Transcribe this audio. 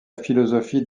philosophie